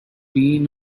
been